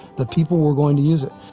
the people were going to use it